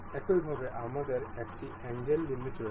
একইভাবে আমাদেরও একটি অ্যাঙ্গেল লিমিট রয়েছে